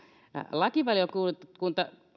lakivaliokunta